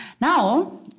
Now